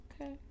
Okay